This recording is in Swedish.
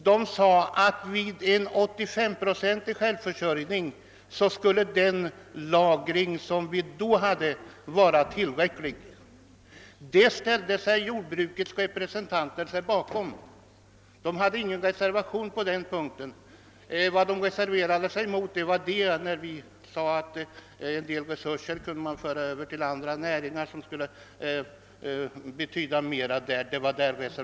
De ansåg att vid en 85-procentig självförsörjning skulle den dåvarande lagringen vara tillräcklig. Jordbrukets representanter var av samma åsikt, de hade ingen reservation på den punkten. De motsatte sig emellertid vårt förslag att man kunde föra över en del resurser till andra näringar, där de skulle göra större nytta.